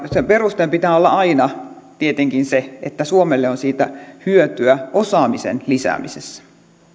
sen perusteen pitää olla aina tietenkin se että suomelle on siitä hyötyä osaamisen lisäämisessä